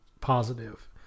positive